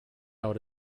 out